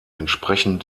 entsprechen